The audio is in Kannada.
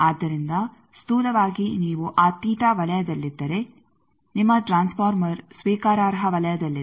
ಆದ್ದರಿಂದ ಸ್ಥೂಲವಾಗಿ ನೀವು ಆ ತೀಟ ವಲಯದಲ್ಲಿದ್ದರೆ ನಿಮ್ಮ ಟ್ರಾನ್ಸ್ ಫಾರ್ಮರ್ ಸ್ವೀಕಾರಾರ್ಹ ವಲಯದಲ್ಲಿದೆ